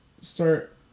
start